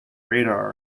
radar